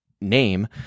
name